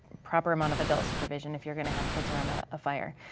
proper amount of adult supervision if you're gonna have kids around a fire.